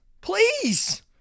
please